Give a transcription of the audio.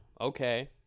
okay